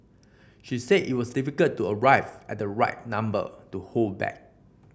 she said it was difficult to arrive at the right number to hold back